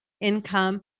income